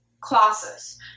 classes